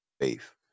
faith